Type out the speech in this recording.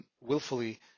willfully